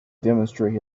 demonstrate